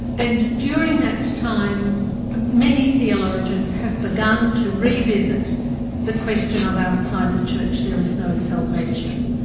and during that time many theologians have begun to revisit the question of outside the church there is no salvation.